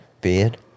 beard